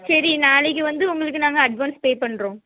சரி நாளைக்கு வந்து உங்களுக்கு நாங்கள் அட்வான்ஸ் பே பண்ணுறோம்